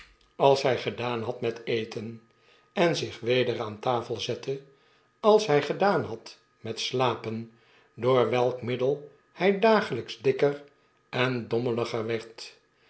als hy gedaan had met eten en zich weder aan tafel zette als hfl gedaan had met slapen door welk middel hy dagelps dikker en dommeliger